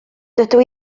dydw